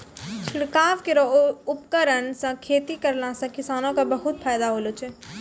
छिड़काव केरो उपकरण सँ खेती करला सें किसानो क बहुत फायदा होलो छै